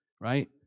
Right